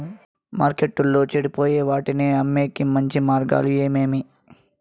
మార్కెట్టులో చెడిపోయే వాటిని అమ్మేకి మంచి మార్గాలు ఏమేమి